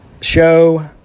Show